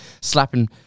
slapping